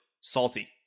Salty